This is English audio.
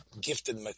gifted